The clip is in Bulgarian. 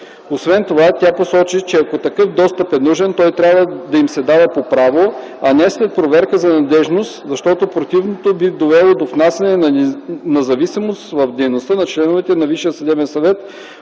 Освен това тя посочи, че ако такъв достъп е нужен, той трябва да им се дава по право, а не след проверка за надеждност, защото противното би довело до внасяне на зависимост в дейността на членовете на